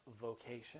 vocation